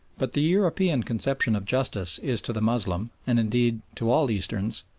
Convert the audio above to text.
but the european conception of justice is to the moslem, and indeed to all easterns,